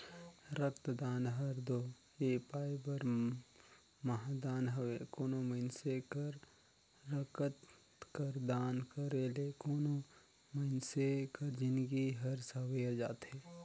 रकतदान हर दो ए पाए कर महादान हवे कोनो मइनसे कर रकत कर दान करे ले कोनो मइनसे कर जिनगी हर संवेर जाथे